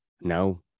no